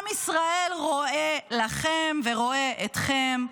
עם ישראל רואה לכם ורואה אתכם,